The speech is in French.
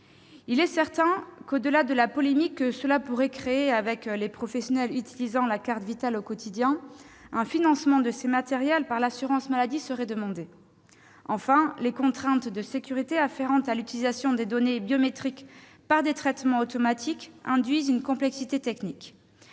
leurs missions. Au-delà de la polémique que ce changement pourrait créer avec les professionnels utilisant la carte Vitale au quotidien, un financement de ces matériels par l'assurance maladie serait demandé. Enfin, les contraintes de sécurité afférentes à l'utilisation des données biométriques par des traitements automatiques induisent une complexité technique.